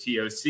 TOC